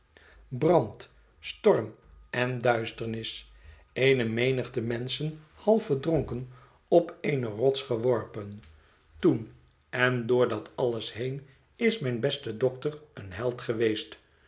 brand storm en duisternis eene menigte menschen half verdronken op eene rots geworpen toen en door dat alles heen is mijn beste dokter een held geweest